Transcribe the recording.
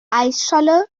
eisscholle